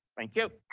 thank you.